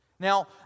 Now